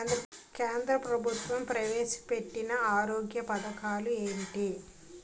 కేంద్ర ప్రభుత్వం ప్రవేశ పెట్టిన ఆరోగ్య పథకాలు ఎంటి?